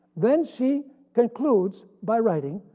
then she concludes by writing.